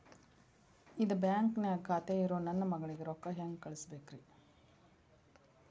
ಇದ ಬ್ಯಾಂಕ್ ನ್ಯಾಗ್ ಖಾತೆ ಇರೋ ನನ್ನ ಮಗಳಿಗೆ ರೊಕ್ಕ ಹೆಂಗ್ ಕಳಸಬೇಕ್ರಿ?